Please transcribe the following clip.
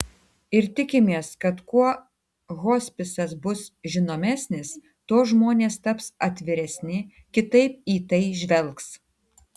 ir tikimės kad kuo hospisas bus žinomesnis tuo žmonės taps atviresni kitaip į tai žvelgs